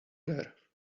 there